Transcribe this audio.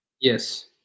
Yes